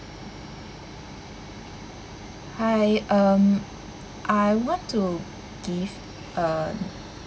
hi um I want to give a